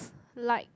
liked